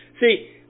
See